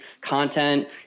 content